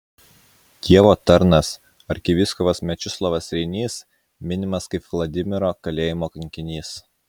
dievo tarnas arkivyskupas mečislovas reinys minimas kaip vladimiro kalėjimo kankinys